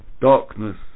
darkness